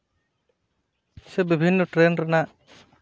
ᱥᱮ ᱵᱤᱵᱷᱤᱱᱱᱚ ᱴᱨᱮᱹᱱ ᱨᱮᱱᱟᱜ